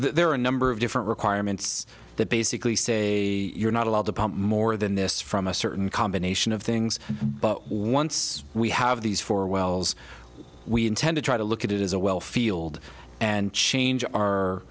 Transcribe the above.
there are a number of different requirements that basically say you're not allowed to pump more than this from a certain combination of things but once we have these four wells we intend to try to look at it as a well field and change our